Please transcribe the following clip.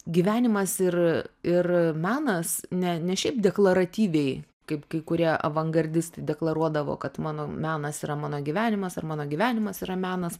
gyvenimas ir ir menas ne ne šiaip deklaratyviai kaip kai kurie avangardistai deklaruodavo kad mano menas yra mano gyvenimas ar mano gyvenimas yra menas